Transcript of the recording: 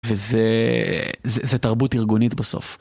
וזה תרבות ארגונית בסוף.